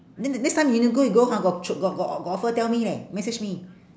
then the next time uniqlo you go ha got ch~ got got of~ got offer tell me leh message me